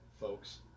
folks